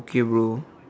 okay bro